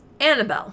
Annabelle